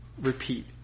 repeat